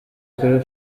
kuri